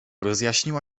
rozjaśniła